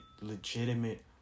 legitimate